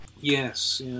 Yes